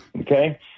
Okay